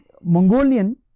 Mongolian